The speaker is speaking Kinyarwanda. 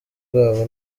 bwawo